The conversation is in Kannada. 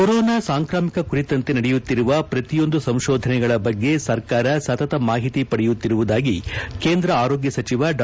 ಕೊರೋನಾ ಸಾಂಕ್ರಾಮಿಕ ಕುರಿತಂತೆ ನಡೆಯುತ್ತಿರುವ ಪ್ರತಿಯೊಂದು ಸಂಕೋಧನೆಗಳ ಬಗ್ಗೆ ಸರ್ಕಾರ ಸತತ ಮಾಹಿತಿ ಪಡೆಯುತ್ತಿರುವುದಾಗಿ ಕೇಂದ್ರ ಆರೋಗ್ನ ಸಚಿವ ಡಾ